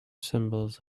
symbols